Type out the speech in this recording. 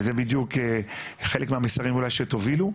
וזה בדיוק חלק מהמסרים אולי שתובילו.